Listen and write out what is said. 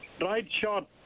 right-shot